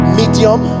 medium